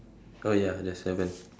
oh ya there's seven